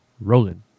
rolling